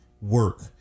work